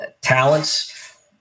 talents